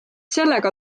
sellega